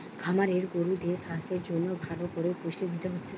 খামারে গরুদের সাস্থের জন্যে ভালো কোরে পুষ্টি দিতে হচ্ছে